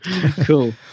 Cool